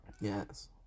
Yes